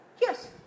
Yes